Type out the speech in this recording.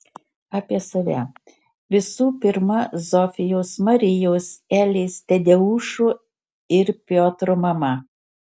apie save visų pirma zofijos marijos elės tadeušo ir piotro mama